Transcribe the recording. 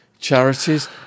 charities